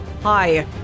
Hi